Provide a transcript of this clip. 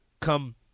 come